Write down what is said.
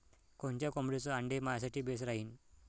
कोनच्या कोंबडीचं आंडे मायासाठी बेस राहीन?